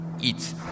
eat